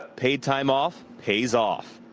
paid time off pays off.